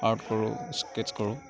art কৰোঁ sketches কৰোঁ